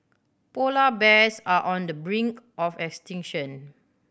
polar bears are on the brink of extinction